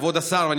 כבוד השר חילי,